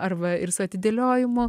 arba ir su atidėliojimu